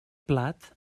plat